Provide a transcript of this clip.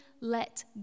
let